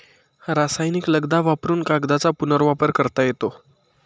रासायनिक लगदा वापरुन कागदाचा पुनर्वापर करता येतो